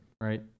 right